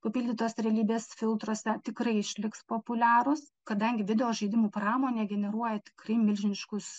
papildytos realybės filtruose tikrai išliks populiarūs kadangi video žaidimų pramonė generuoja tikrai milžiniškus